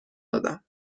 دادم